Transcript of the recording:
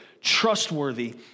trustworthy